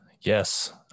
Yes